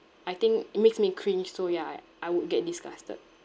I think it makes me cringe so ya I I would get disgusted